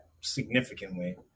significantly